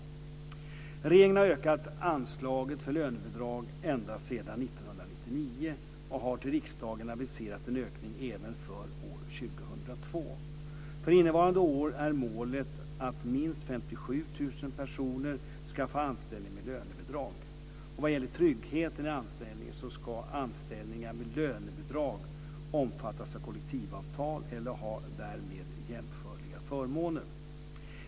Regeringen har ökat anslaget för lönebidrag ända sedan 1999 och har till riksdagen aviserat en ökning även för år 2002. För innevarande år är målet att minst 57 000 Vad gäller tryggheten i anställningen så ska anställningar med lönebidrag omfattas av kollektivavtal eller ha därmed jämförliga förmåner.